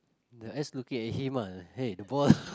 the ass looking at him ah hey the ball